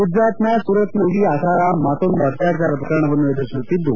ಗುಜರಾತ್ನ ಸೂರತ್ನಲ್ಲಿ ಅಸಾರಾಂ ಮತ್ತೊಂದು ಅತ್ಯಾಚಾರ ಪ್ರಕರಣವನ್ನು ಎದುರಿಸುತ್ತಿದ್ದು